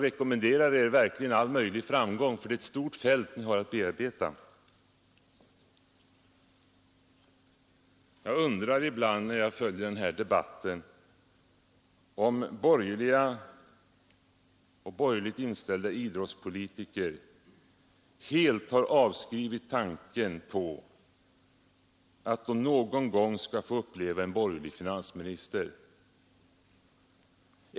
Jag önskar er verkligen all möjlig framgång, för det är verkligen ett stort fält som ni har att bearbeta. Jag undrar ibland när jag följer denna debatt, om borgerligt inställda idrottspolitiker helt har avskrivit tanken på att de någon gång skall få uppleva en borgerlig finansminister.